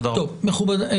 תודה רבה.